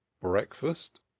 breakfast